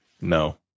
No